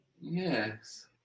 yes